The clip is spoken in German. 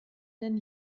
denn